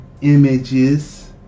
images